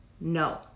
No